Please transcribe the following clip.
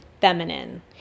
feminine